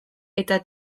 eta